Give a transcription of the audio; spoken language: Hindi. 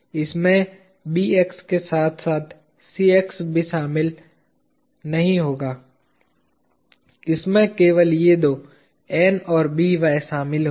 इसमें Bx के साथ साथ Cx भी शामिल नहीं होगा इसमें केवल ये दो N और By शामिल होंगे